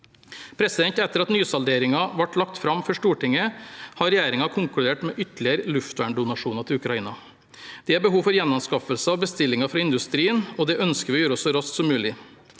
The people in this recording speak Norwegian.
designfasen. Etter at nysalderingen ble lagt fram for Stortinget, har regjeringen konkludert med ytterligere luftverndonasjoner til Ukraina. Det er behov for gjenanskaffelser og bestillinger fra industrien, og det ønsker vi å gjøre så raskt som mulig.